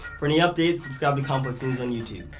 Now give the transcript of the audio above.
for any updates, subscribe to complex news on youtube.